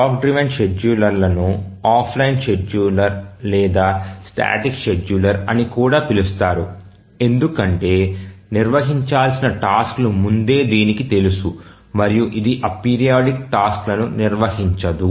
clock driven షెడ్యూలర్లను offline షెడ్యూలర్లు లేదా స్టాటిక్ షెడ్యూలర్లు అని కూడా పిలుస్తారు ఎందుకంటే నిర్వహించాల్సిన టాస్క్ లు ముందే దీనికి తెలుసు మరియు ఇది అపీరియోడిక్ టాస్క్ లను నిర్వహించదు